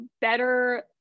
better